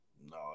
No